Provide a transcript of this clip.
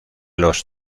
los